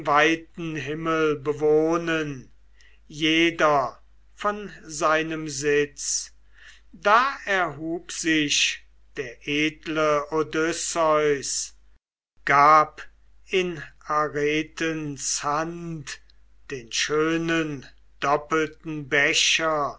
himmel bewohnen jeder von seinem sitz da erhub sich der edle odysseus gab in aretens hand den schönen doppelten becher